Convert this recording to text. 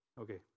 Okay